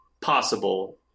possible